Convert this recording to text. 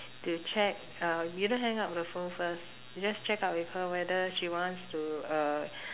to check uh you don't hang up the phone first you just check up with her whether she wants to uh